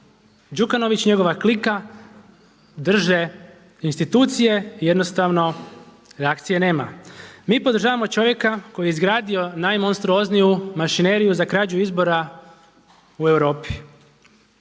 Đukanović i njegova klika drže institucije i jednostavno reakcije nema. Mi podržavamo čovjeka koji je izgradio najmonstruozniju mašineriju za građu izbora u Europi.